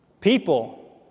people